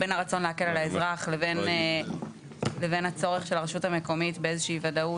בין הרצון להקל על האזרח לבין הצורך של הרשות המקומית באיזושהי ודאות